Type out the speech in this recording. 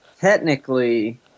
technically